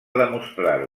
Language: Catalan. demostrar